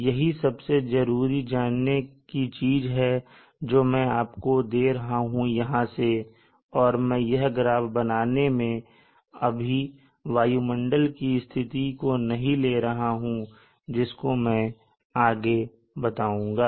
यही सबसे जरूरी जानने की चीज है जो मैं आपको दे रहा हूं यहां से और मैं यह ग्राफ बनाने में अभी वायुमंडल की स्थिति को नहीं ले रहा हूं जिसको मैं आगे बताऊंगा